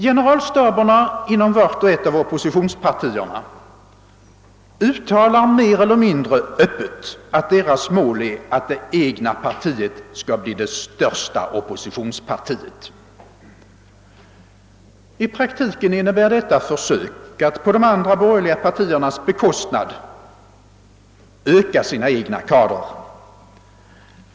Generalstaberna inom vart och ett av oppositionspartiena uttalar mer eller mindre öppet att deras mål är att det egna partiet skall bli det största oppositionspartiet. I praktiken innebär detta försök att på de andra borgerliga partiernas bekostnad öka sina egna kadrer.